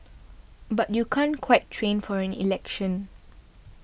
but you can't quite train for an election